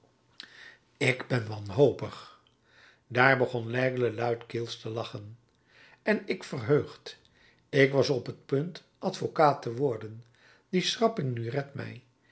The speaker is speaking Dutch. ik ben wanhopig daar begon l'aigle luidkeels te lachen en ik verheugd ik was op t punt advocaat te worden die schrapping nu redt mij